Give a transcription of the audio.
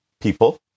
people